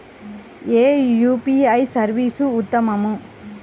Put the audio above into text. ఏ UPI service ఉత్తమము?